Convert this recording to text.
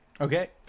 okay